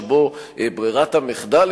שבו ברירת המחדל,